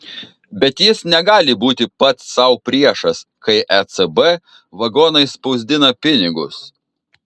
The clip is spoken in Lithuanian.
bet jis negali būti pats sau priešas kai ecb vagonais spausdina pinigus